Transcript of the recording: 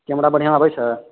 camera बढ़िऑं अबै छै